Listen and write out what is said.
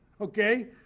Okay